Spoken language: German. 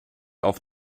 auf